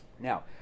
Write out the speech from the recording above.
Now